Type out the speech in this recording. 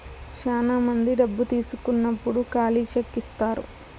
శ్యానా మంది డబ్బు తీసుకున్నప్పుడు ఖాళీ చెక్ ఇత్తారు